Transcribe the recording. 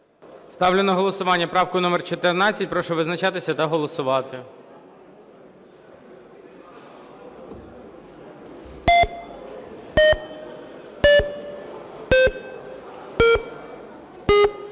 Ставлю на голосування правку номер 14. Прошу визначатися та голосувати.